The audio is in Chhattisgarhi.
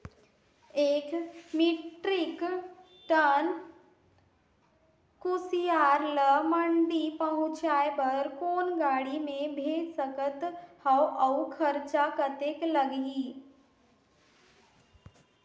एक मीट्रिक टन कुसियार ल मंडी पहुंचाय बर कौन गाड़ी मे भेज सकत हव अउ खरचा कतेक लगही?